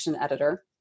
editor